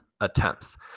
attempts